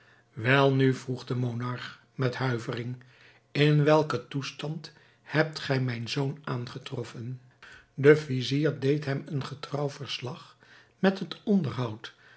welnu vroeg de monarch met huivering in welken toestand hebt gij mijn zoon aangetroffen de vizier deed hem een getrouw verslag van het onderhoud